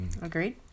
Agreed